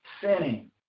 sinning